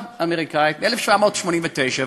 החוקה האמריקנית מ-1789.